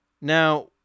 Now